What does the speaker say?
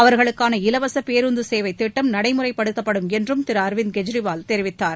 அவர்களுக்கான இலவச பேருந்து சேவைத் திட்டம் நடைமுறைப்படுத்தப்படும் என்றும் திரு அரவிந்த் கெஜ்ரிவால் தெரிவித்தார்